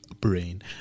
brain